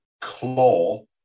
claw